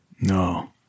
No